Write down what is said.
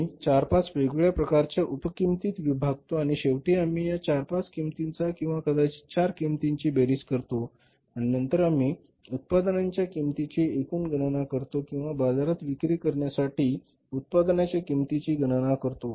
आम्ही 4 5 वेगवेगळ्या प्रकारच्या उप किंमतीत विभागतो आणि शेवटी आम्ही या 4 5 किंमतींचा किंवा कदाचित 4 किंमतींची बेरीज करतो आणि नंतर आम्ही उत्पादनांच्या किंमतीच्या एकूण गणना करतो किंवा बाजारात विक्री करण्यासाठी उत्पादनाच्या किमती ची गणना करतो